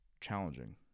challenging